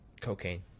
cocaine